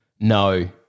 No